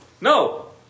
No